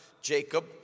Jacob